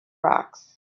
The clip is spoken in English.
rocks